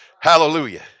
Hallelujah